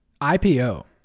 IPO